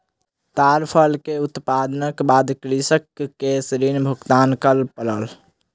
ताड़ फल के उत्पादनक बाद कृषक के ऋण भुगतान कर पड़ल